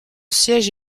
siège